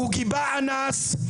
הוא גיבה אנס,